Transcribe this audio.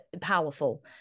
powerful